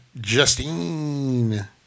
Justine